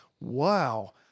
wow